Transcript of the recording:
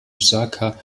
osaka